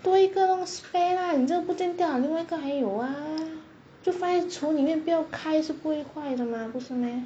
多一个弄 spare lah 你真的不见掉另外一个还有 ah 就放在橱里面不要开是不会坏的吗不是 meh